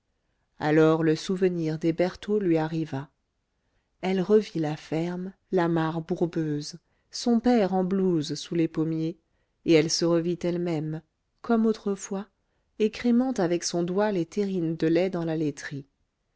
alors le souvenir des bertaux lui arriva elle revit la ferme la mare bourbeuse son père en blouse sous les pommiers et elle se revit elle-même comme autrefois écrémant avec son doigt les terrines de lait dans la laiterie